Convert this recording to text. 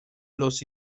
los